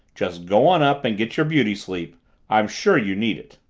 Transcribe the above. just go on up and get your beauty sleep i'm sure you need it.